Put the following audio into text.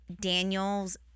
Daniel's